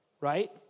right